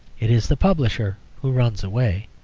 it is the publisher who runs away.